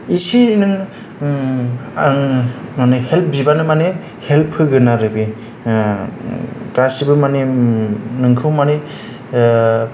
एसे नों हेल्प बिबानो मानि हेल्प होगोन आरो बे गासिबो मानि नोंखौ मानि